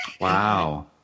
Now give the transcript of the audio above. Wow